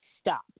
Stop